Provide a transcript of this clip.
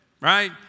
right